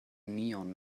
neon